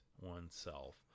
oneself